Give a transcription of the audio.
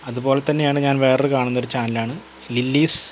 അതുപോലെ തന്നെയാണ് ഞാന് വേറൊരു കാണുന്ന ഒരു ചാനലാണ് ലില്ലിസ്